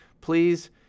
please